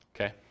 Okay